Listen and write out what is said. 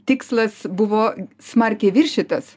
tikslas buvo smarkiai viršytas